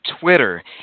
Twitter